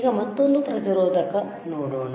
ಈಗ ಮತ್ತೊಂದು ಪ್ರತಿರೋಧಕ ನೋಡೋಣ